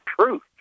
truth